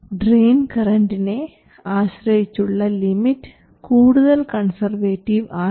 drain കറൻറിനെ ആശ്രയിച്ചുള്ള limit കൂടുതൽ കൺസർവേറ്റീവ് ആണ്